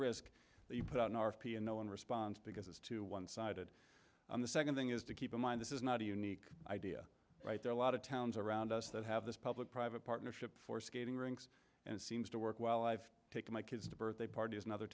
risk that you put out an r f p and no one responds because it's too one sided the second thing is to keep in mind this is not a unique idea right there a lot of towns around us that have this public private partnership for skating rinks and seems to work well i've taken my kids to birthday parties in other